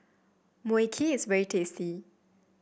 Mui Kee is very tasty